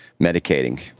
medicating